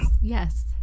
yes